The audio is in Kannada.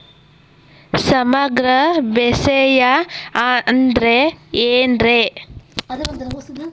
ಸಮಗ್ರ ಬೇಸಾಯ ಅಂದ್ರ ಏನ್ ರೇ?